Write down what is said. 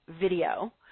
video